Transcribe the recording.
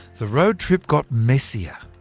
the road trip got messier.